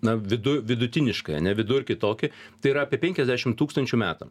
na vidu vidutiniškai ane vidurkį tokį tai yra apie penkiasdešim tūkstančių metam